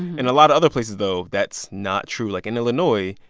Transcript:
in a lot of other places, though, that's not true. like in illinois,